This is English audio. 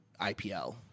IPL